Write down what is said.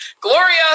Gloria